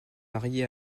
marié